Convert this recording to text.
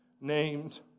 named